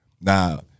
Now